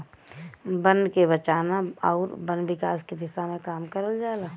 बन के बचाना आउर वन विकास के दिशा में काम करल जाला